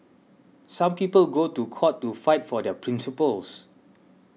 some people go to court to fight for their principles